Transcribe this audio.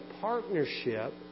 partnership